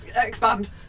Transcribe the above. Expand